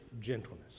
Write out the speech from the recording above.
gentleness